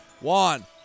Juan